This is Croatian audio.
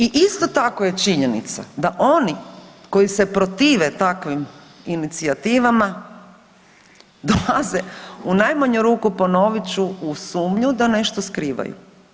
I isto tako je činjenica da oni koji se protive takvim inicijativama dolaze u najmanju ruku, ponovit ću, u sumnju da nešto skrivaju.